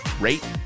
rate